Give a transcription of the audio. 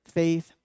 faith